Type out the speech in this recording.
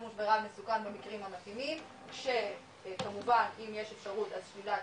שימוש ברעל מסוכן במקרים לא מתאימים שכמובן אם יש אפשרות אז מומלץ